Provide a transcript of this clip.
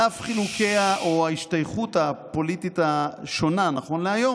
על אף ההשתייכות הפוליטית השונה נכון להיום,